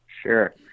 Sure